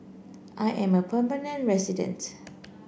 I am a permanent resident